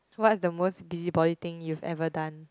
what's the most busybody thing you've done